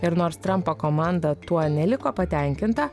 ir nors trampo komanda tuo neliko patenkinta